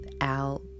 out